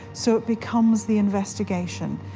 so it becomes the investigation,